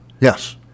yes